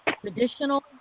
traditional